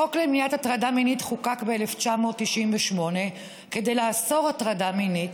החוק למניעת הטרדה מינית חוקק ב-1998 כדי לאסור הטרדה מינית,